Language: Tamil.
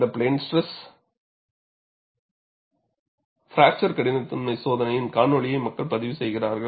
இந்த பிளேன் ஸ்ட்ரெஸ் பிராக்சர் கடினத்தன்மை சோதனையின் கானொலியை மக்கள் பதிவு செய்கிறார்கள்